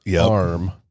arm